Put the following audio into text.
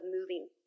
moving